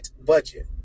budget